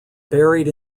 buried